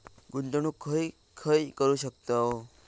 गुंतवणूक खय खय करू शकतव?